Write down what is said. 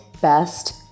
best